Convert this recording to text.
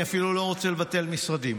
אני אפילו לא רוצה לבטל משרדים.